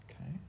Okay